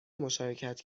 مشارکت